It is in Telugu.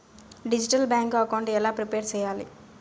డిజిటల్ బ్యాంకు అకౌంట్ ఎలా ప్రిపేర్ సెయ్యాలి?